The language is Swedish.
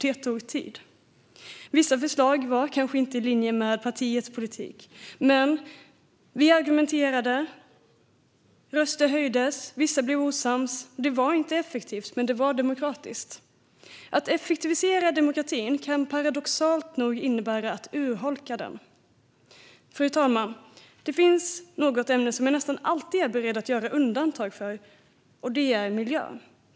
Det tog tid. Vissa förslag var kanske inte i linje med partiets politik, men vi argumenterade, röster höjdes och vissa blev osams. Det var inte effektivt, men det var demokratiskt. Att effektivisera demokratin kan paradoxalt nog innebära att man urholkar den. Fru talman! Det finns ett ämne som jag nästan alltid är beredd att göra undantag för, och det är miljön.